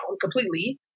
completely